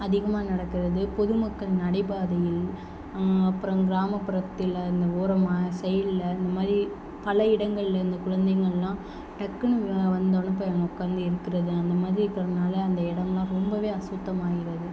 அதிகமாக நடக்கிறது பொதுமக்கள் நடைபாதையில் அப்புறம் கிராமப்புறத்தில் அந்த ஓரமாக சைட்டில் அந்த மாதிரி பல இடங்களில் இந்த குழந்தைங்களெலாம் டக்குனு வ வந்தவுன்னே போய் அங்கே உட்காந்து இருக்கிறது அந்த மாதிரி இருக்கிறதுனால அந்த இடம்லாம் ரொம்பவே அசுத்தமாகிறது